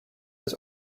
his